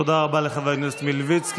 תודה רבה לחבר הכנסת מלביצקי.